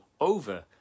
over